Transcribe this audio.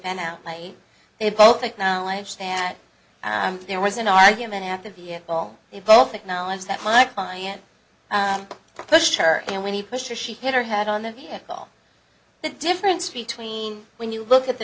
been out they both acknowledge that i'm there was an argument at the vehicle they both acknowledge that my client pushed her and when he pushed her she hit her head on the vehicle the difference between when you look at the